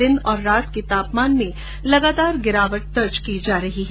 दिन और रात के तापमान में लगातार गिरावट दर्ज की जा रही है